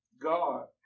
God